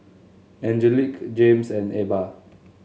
Angelique Jaymes and Ebba